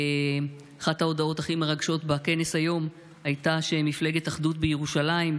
אחת ההודעות הכי מרגשות בכנס היום הייתה שמפלגת "אחדות בירושלים"